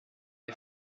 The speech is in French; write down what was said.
les